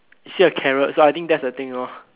you see a carrot so I think that's the thing lor